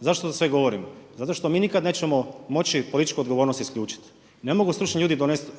Zašto ovo sve govorim? Zato što mi nikad nećemo moći političku odgovornost isključiti. Ne mogu stručni ljudi donositi